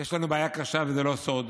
יש לנו בעיה קשה, וזה לא סוד,